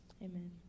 amen